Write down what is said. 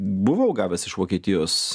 buvau gavęs iš vokietijos